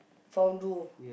fondue